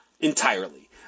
entirely